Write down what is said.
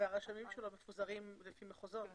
הרשמים שלו מפוזרים לפי מחוזות?